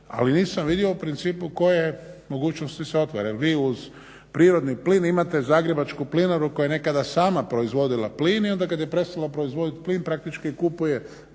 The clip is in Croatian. ali nisam vidio u principu koje mogućnosti se otvaraju. Jer vi uz prirodni plin imate Zagrebačku plinaru koja je nekada sama proizvodila plin i onda kada je prestala proizvoditi plin praktički kupuje plin